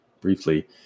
briefly